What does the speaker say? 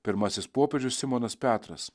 pirmasis popiežius simonas petras